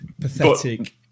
Pathetic